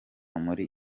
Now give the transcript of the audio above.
muri